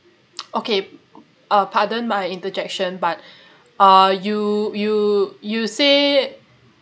okay uh pardon my interjection but uh you you you say